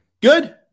good